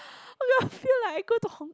feel like I go to Hong